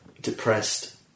depressed